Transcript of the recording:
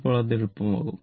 അപ്പോൾ അത് എളുപ്പമാകും